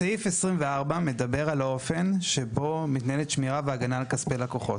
סעיף 24 מדבר על האופן שבו מתנהלת שמירה והגנה על כספי לקוחות.